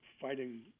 fighting –